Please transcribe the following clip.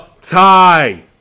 tie